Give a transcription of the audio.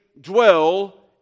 dwell